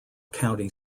county